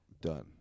done